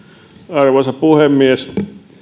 arvoisa puhemies